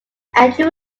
andrew